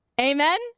Amen